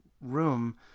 room